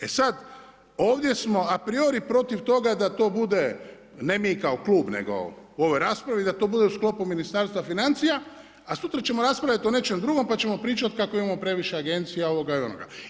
E sada ovdje smo a priori protiv toga da to bude, ne mi kao klub nego u ovoj raspravi da to bude u sklopu Ministarstva financija, a sutra ćemo raspravljati o nečem drugom pa ćemo pričati kako imamo previše agencija, ovoga i onoga.